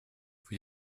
für